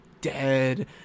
dead